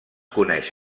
coneix